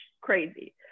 crazy